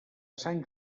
sant